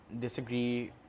disagree